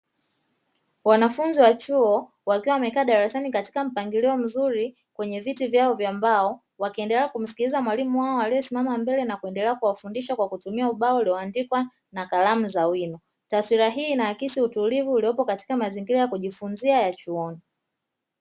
Wanafunzi wa chuo wakiwa wamekaa darasani katika mpangilio mzuri kwenye viti vyao vya mbao, wakiendelea kumsikiliza mwalimu wao aliyesimama mbele na kuendelea kuwafundisha kwa kutumia ubao ulioandikwa na kalamu za wino. Taswira hii inaakisi utulivu uliopo katika mazingira ya kujifunzia chuoni.